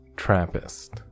Trappist